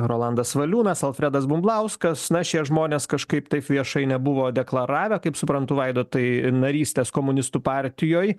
rolandas valiūnas alfredas bumblauskas na šie žmonės kažkaip taip viešai nebuvo deklaravę kaip suprantu vaidotai narystės komunistų partijoj